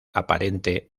aparente